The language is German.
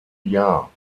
jahr